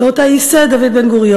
ואת אשר ייסד דוד בן-גוריון,